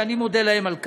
ואני מודה להם על כך.